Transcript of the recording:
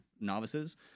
novices